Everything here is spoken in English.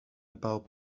about